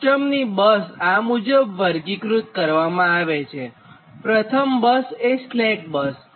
સિસ્ટમની બસ આ મુજબ વર્ગીક્રૃત કરવામાં આવે છેપ્રથમ બસ એ સ્લેક બસ